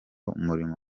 umurimo